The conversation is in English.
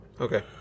Okay